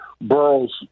Burroughs